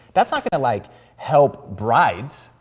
that's not gonna like help brides.